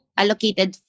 allocated